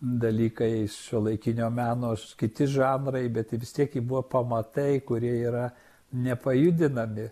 dailykai šiuolaikinio meno kiti žanrai bet vis tiek ji buvo pamatai kurie yra nepajudinami